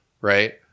right